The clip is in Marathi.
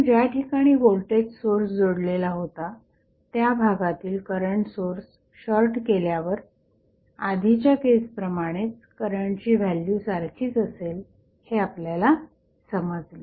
आपण ज्या ठिकाणी व्होल्टेज सोर्स जोडलेला होता त्या भागातील करंट सोर्स शॉर्ट केल्यावर आधीच्या केसप्रमाणेच करंटची व्हॅल्यू सारखीच असेल हे आपल्याला समजले